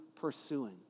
pursuing